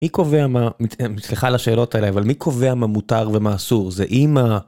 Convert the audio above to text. מי קובע מה, סליחה על השאלות האלה, אבל מי קובע מה מותר ומה אסור, זה אמא